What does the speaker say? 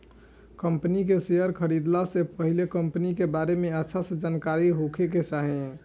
company के share खरीदला से पहिले कंपनी के बारे में अच्छा से जानकारी होखे के चाही